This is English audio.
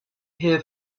hear